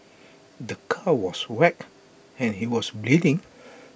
the car was wrecked and he was bleeding